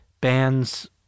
bands